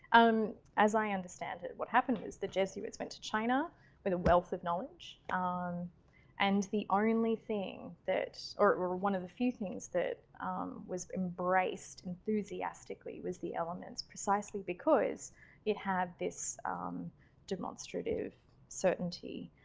um, as i understand it, what happened is the jesuits went to china with a wealth of knowledge, um and the only thing that one of the few things that was embraced enthusiastically was the elements. precisely because it had this demonstrative certainty.